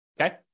okay